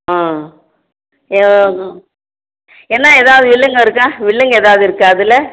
ஆ என்ன ஏதாவது வில்லங்கம் இருக்கா வில்லங்கம் ஏதாவது அதில்